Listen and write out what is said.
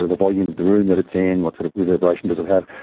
ah the volume of the room that it's in, what sort of reverberation doesn't have.